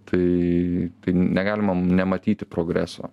tai negalima nematyti progreso